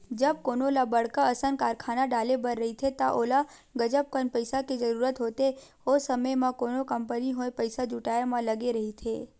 जब कोनो ल बड़का असन कारखाना डाले बर रहिथे त ओला गजब कन पइसा के जरूरत होथे, ओ समे म कोनो कंपनी होय पइसा जुटाय म लगे रहिथे